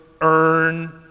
earn